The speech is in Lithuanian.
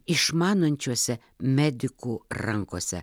išmanančiose medikų rankose